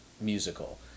musical